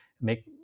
make